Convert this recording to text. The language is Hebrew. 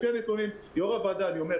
יו"ר הוועדה,